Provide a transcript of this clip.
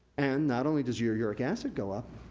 and, not only does your uric acid go up,